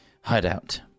hideout